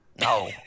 No